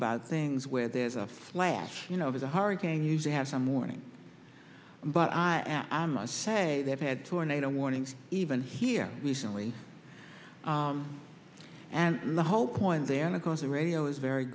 about things where there's a flash you know there's a hurricane usually have some morning but i must say they've had tornado warnings even here recently and the whole point there and of course the radio is very